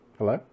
Hello